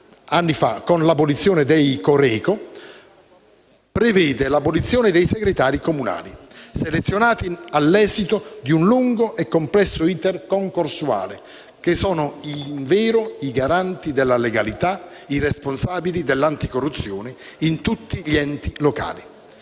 anni fa con l'abolizione dei Coreco, prevede l'abolizione dei segretari comunali, selezionati all'esito di un lungo e complesso *iter* concorsuale, che sono, invero, i garanti della legalità e i responsabili dell'anticorruzione in tutti gli enti locali.